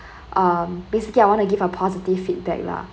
um basically I want to give a positive feedback lah